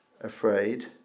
afraid